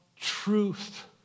truth